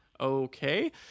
okay